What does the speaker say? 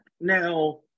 Now